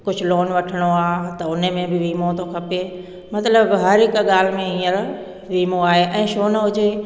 कुझु लोन वठिणो आहे त हुन में बि वीमो थो खपे मतिलबु हर हिकु ॻाल्हि में हीअंर वीमो आहे ऐं छो न हुजे